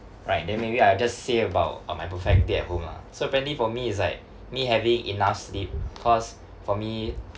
right then maybe I'll just say about uh my perfect day at home ah so apparently for me it's like me having enough sleep cause for me